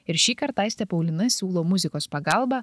ir šįkart aistė paulina siūlo muzikos pagalba